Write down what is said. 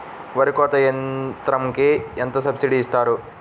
వరి కోత యంత్రంకి ఎంత సబ్సిడీ ఇస్తారు?